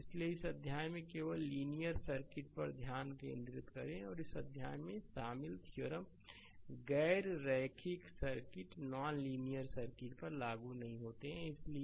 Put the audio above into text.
इसलिए इस अध्याय में केवल लीनियर सर्किट पर ध्यान केंद्रित करें और इस अध्याय में शामिल थ्योरम गैर रैखिक सर्किट नॉन लीनियर सर्किट पर लागू नहीं होते हैं इसलिए